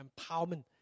empowerment